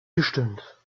gestimmt